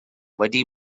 wedi